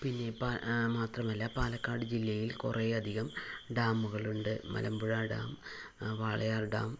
പിന്നെ പാ മാത്രമല്ല പാലക്കാട് ജില്ലയിൽ കുറേ അധികം ഡാമുകൾ ഉണ്ട് മലമ്പുഴ ഡാം വാളയാർ ഡാം